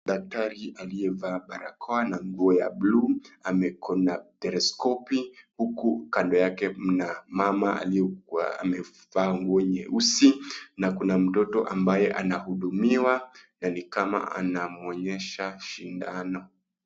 Daktari aliyevaa barakoa na nguo ya bluu ako na teleskopi huku kando yake mna mama aliyevaa nguo nyeusi na kuna mtoto ambaye anahudumiwa na ni kama anamwonyesha sindano.